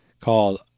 called